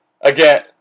again